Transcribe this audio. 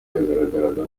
yagaragaraga